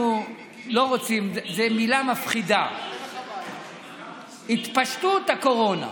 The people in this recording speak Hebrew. אנחנו לא רוצים, זו מילה מפחידה, התפשטות הקורונה.